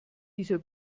dieser